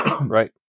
Right